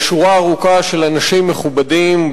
שורה ארוכה של אנשים מכובדים,